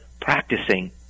practicing